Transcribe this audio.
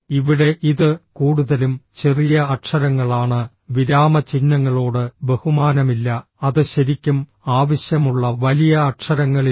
ഇവിടെ ഇത് കൂടുതലും ചെറിയ അക്ഷരങ്ങളാണ് വിരാമചിഹ്നങ്ങളോട് ബഹുമാനമില്ല അത് ശരിക്കും ആവശ്യമുള്ള വലിയ അക്ഷരങ്ങളില്ല